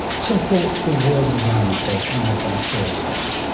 some thoughts for world environment day coming up on thursday.